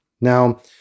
Now